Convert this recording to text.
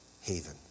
haven